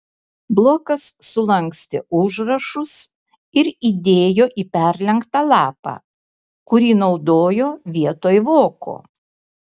blokas sulankstė užrašus ir įdėjo į perlenktą lapą kurį naudojo vietoj voko